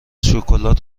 شکلات